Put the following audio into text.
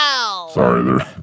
sorry